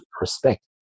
respect